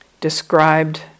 described